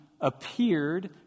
appeared